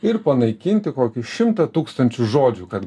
ir panaikinti kokį šimtą tūkstančių žodžių kad